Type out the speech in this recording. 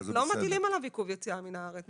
אז לא מטילים עליו עיכוב יוציאה מן הארץ,